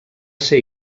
ser